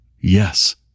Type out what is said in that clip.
Yes